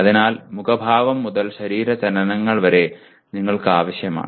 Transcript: അതിനാൽ മുഖഭാവം മുതൽ ശരീര ചലനങ്ങൾ വരെ നിങ്ങൾക്ക് ആവശ്യമാണ്